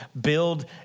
build